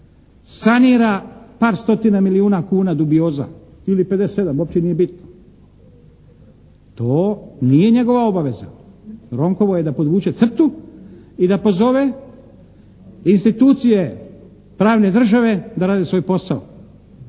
sanira par stotina milijuna kuna dubioza ili 57, uopće nije bitno. To nije njegova obaveza, Ronkovo je da podvuče crtu i da pozove institucije pravne države da rade svoj posao.